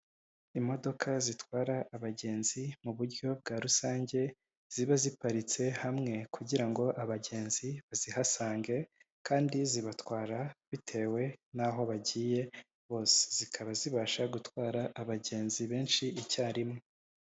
Imodoka zitwara abagenzi mu buryo bwa rusange, ziba ziparitse hamwe kugira ngo abagenzi bazihasange kandi zibatwara bitewe n'aho bagiye bose, zikaba zibasha gutwara abagenzi benshi icyarimwe.